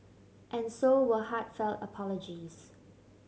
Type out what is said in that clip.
and so were heartfelt apologies